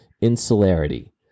Insularity